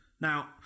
Now